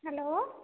hello